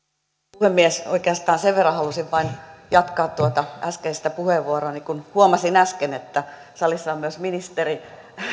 puhemies oikeastaan sen verran halusin vain jatkaa tuota äskeistä puheenvuoroani kun huomasin äsken että salissa on myös ministeri